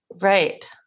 Right